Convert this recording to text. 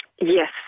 Yes